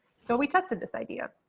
so we tested this idea